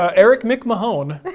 ah eric micmahone.